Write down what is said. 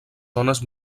zones